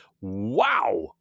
Wow